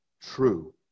true